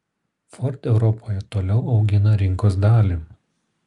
ford europoje toliau augina rinkos dalį